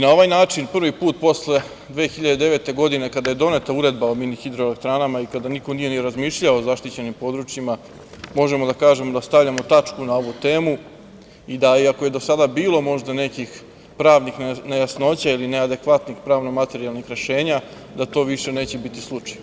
Na ovaj način prvi put posle 2009. godine kada je doneta Uredba o mini hidroelektranama, i kada niko nije ni razmišljao o zaštićenim područjima, možemo da kažemo da stavljamo tačku na ovu temu i da i ako je do sada bilo možda nekih pravnih nejasnoća ili ne adekvatnih pravno-materijalnih rešenja, da to više neće biti slučaj.